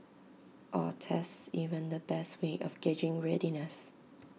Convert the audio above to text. are tests even the best way of gauging readiness